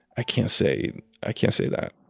i can't say i can't say that